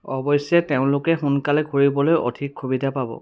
অৱশ্যে তেওঁলোকে সোনকালে ঘূৰিবলৈ অধিক অসুবিধা পাব